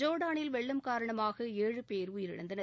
ஜோர்டானில் வெள்ளம் காரணமாக ஏழு பேர் உயிரிழந்தனர்